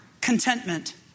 contentment